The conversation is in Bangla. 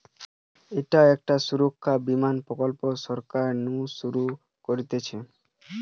ইটা একটা সুরক্ষা বীমা প্রকল্প সরকার নু শুরু করতিছে